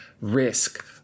risk